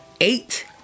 eight